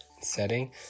setting